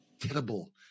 terrible